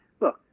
look